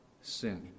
sin